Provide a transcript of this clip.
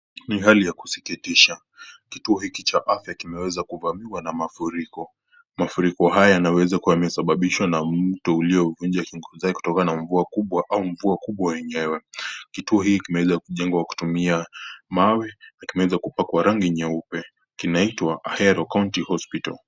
Ni hali ya kusikitisha, kituo hiki cha afya kimeweza kuvamiwa na amfuriko, mafuriko haya yanaweza kuwa yamesababishwa na mto uliouvunja ukingo zake kutokana na mvua kubwa au mvua kubwa enyewe, kituo hii imeweza kujengwa kutumia mawe lakini imeweza kupakwa rangi nyeupe, kinaitwa Ahero County Hospital.